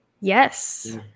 Yes